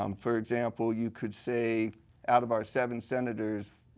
um for example, you could say out of our seven senators,